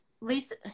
Lisa